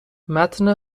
متن